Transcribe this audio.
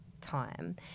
time